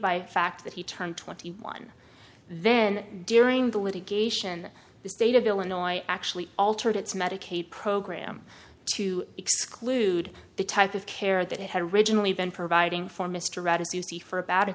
by the fact that he turned twenty one then during the litigation the state of illinois actually altered its medicaid program to exclude the type of care that it had originally been providing for mr rattus you see for about a